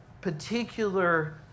particular